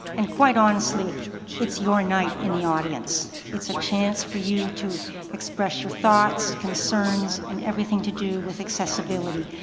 and quite honestly it's your night in the audience. it's a chance for you to express your thoughts, concerns and everything to do with accessibility.